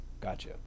Gotcha